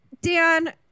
Dan